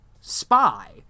spy